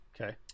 Okay